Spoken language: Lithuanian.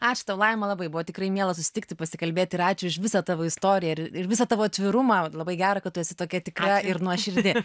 ačiū tau laima labai buvo tikrai miela susitikti pasikalbėti ir ačiū už visą tavo istoriją ir ir visą tavo atvirumą labai gera kad tu esi tokia tikra ir nuoširdi